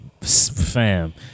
Fam